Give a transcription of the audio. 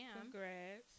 Congrats